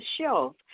shelf